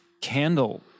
candle